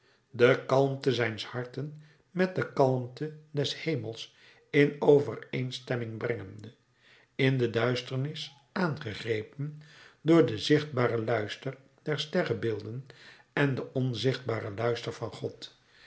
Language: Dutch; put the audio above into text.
de kalmte zijns harten met de kalmte des hemels in overeenstemming brengende in de duisternis aangegrepen door den zichtbaren luister der sterrenbeelden en den onzichtbaren luister van god